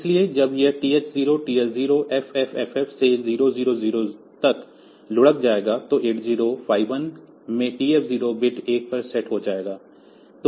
इसलिए जब यह TH0 TL0 FFFF से 0000 तक लुढ़क जाएगा तो 8051 में TF0 बिट 1 पर सेट हो जाएगा